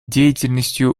деятельностью